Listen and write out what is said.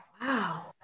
Wow